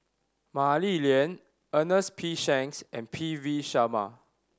Mah Li Lian Ernest P Shanks and P V Sharma